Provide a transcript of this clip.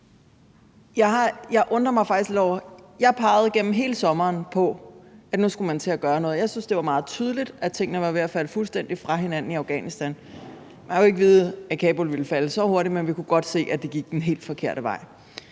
jeg undrer mig faktisk lidt over noget. Jeg pegede gennem hele sommeren på, at nu skulle man til at gøre noget. Jeg syntes, det var meget tydeligt, at tingene var ved at falde fuldstændig fra hinanden i Afghanistan. Man kunne ikke vide, at Kabul ville falde så hurtigt, men vi kunne godt se, at det gik den helt forkerte vej,